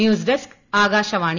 news desk Akashvani